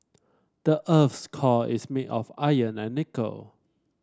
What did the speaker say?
the earth's core is made of iron and nickel